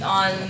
on